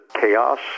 chaos